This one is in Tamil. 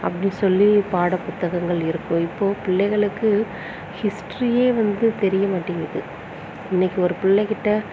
அப்படி சொல்லி பாட புத்தகங்கள் இருக்கும் இப்போது பிள்ளைகளுக்கு ஹிஸ்ட்ரி வந்து தெரிய மாட்டேங்கிது இன்றைக்கி ஒரு பிள்ளைக்கிட்ட